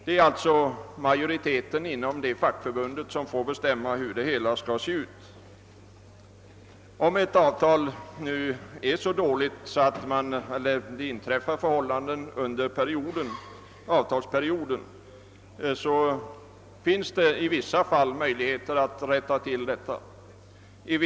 Det är alltså majoriteten inom fackförbundet som får träffa avgörandet. Om det uppstår nya förhållanden under avtalsperioden finns det i vissa fall möjligheter att komma till rätta med dem.